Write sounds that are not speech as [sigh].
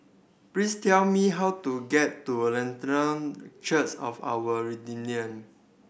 please tell me how to get to [unintelligible] Church of Our [unintelligible]